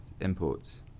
imports